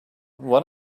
one